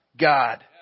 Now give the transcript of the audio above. God